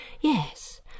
Yes